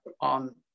on